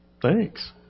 Thanks